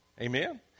Amen